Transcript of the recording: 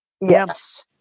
Yes